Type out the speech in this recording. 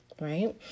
right